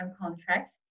contracts